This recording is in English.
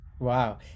Wow